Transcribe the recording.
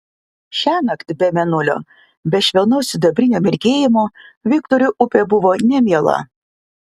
šiąnakt be mėnulio be švelnaus sidabrinio mirgėjimo viktorui upė buvo nemiela